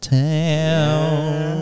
town